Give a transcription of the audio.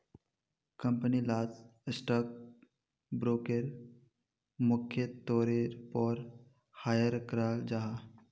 company लात stock broker मुख्य तौरेर पोर हायर कराल जाहा